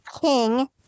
king